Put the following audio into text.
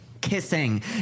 kissing